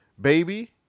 baby